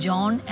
John